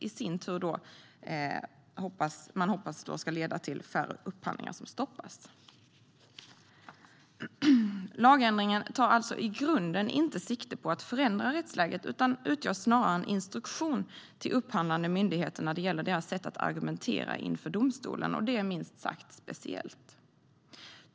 Man hoppas att detta i sin tur ska leda till färre upphandlingar som stoppas. Lagändringen tar alltså i grunden inte sikte på att förändra rättsläget utan utgör snarare en instruktion till upphandlande myndigheter när det gäller deras sätt att argumentera inför domstolen. Det är minst sagt speciellt.